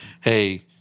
hey